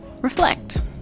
reflect